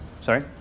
Sorry